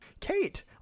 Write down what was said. Kate